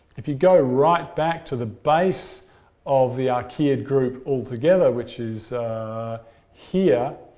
if you go right back to the base of the archaeid group altogether which is here,